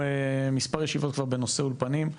מספר ישיבות כבר בנושא אולפנים,